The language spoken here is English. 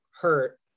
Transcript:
hurt